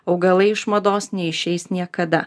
augalai iš mados neišeis niekada